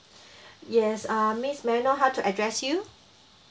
yes uh miss may I know how to address you